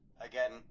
again